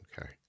Okay